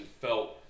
felt